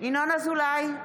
ינון אזולאי,